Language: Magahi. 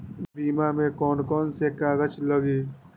बीमा में कौन कौन से कागज लगी?